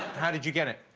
how did you get it?